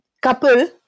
couple